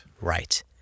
right